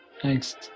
Thanks